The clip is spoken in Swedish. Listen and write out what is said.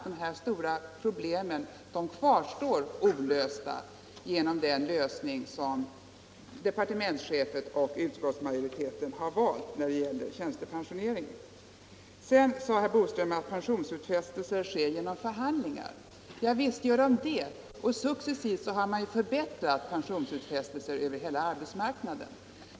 Dessa stora problem kvarstår nämligen olösta efter den lösningen som departementschefen och utskottsmajoriteten har valt när det gäller tjänstepensioneringen. Herr Boström framhöll vidare att pensionsutfästelser sker genom förhandlingar. Ja visst gör de det, och successivt har man förbättrat pensionsutfästelserna över hela arbetsmarknaden.